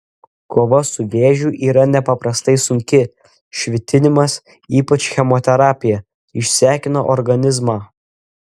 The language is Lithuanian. kova su vėžiu yra nepaprastai sunki švitinimas ypač chemoterapija išsekina organizmą